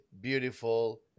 beautiful